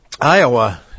Iowa